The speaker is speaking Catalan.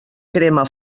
crema